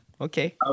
Okay